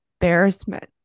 embarrassment